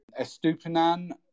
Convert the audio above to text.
Estupinan